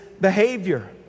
behavior